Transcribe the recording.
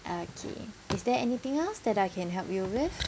okay is there anything else that I can help you with